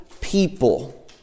people